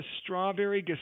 strawberry